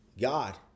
God